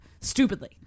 stupidly